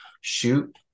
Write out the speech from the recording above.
shoot